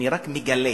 אני רק מגלה.